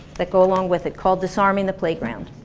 that go along with it called disarming the playground